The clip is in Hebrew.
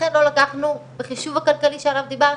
אכן לא לקחנו בחישוב הכלכלי שעליו דיברתי,